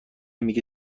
میگه